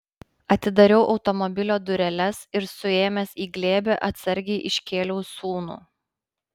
atidariau automobilio dureles ir suėmęs į glėbį atsargiai iškėliau sūnų